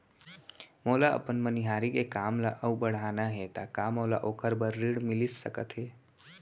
मोला अपन मनिहारी के काम ला अऊ बढ़ाना हे त का मोला ओखर बर ऋण मिलिस सकत हे?